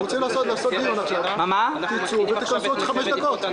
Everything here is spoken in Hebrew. אני מחדש את הישיבות.